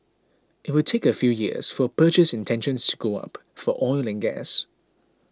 it will take a few years for purchase intentions to go up for oil and gas